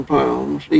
pounds